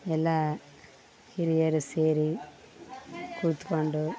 ಎಲ್ಲ ಹಿರಿಯರು ಸೇರಿ ಕುತ್ಕೊಂಡು